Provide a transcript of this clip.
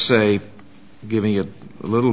say give me a little